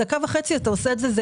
בדקה וחצי אתה עושה את זה.